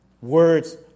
Words